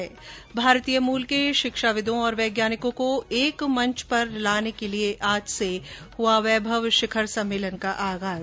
् भारतीय मूल के शिक्षाविदों और वैज्ञानिकों को एक मंच पर लाने के लिये आज से वैभव शिखर सम्मेलन का हुआ आगाज